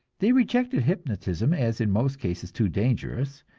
they rejected hypnotism as in most cases too dangerous,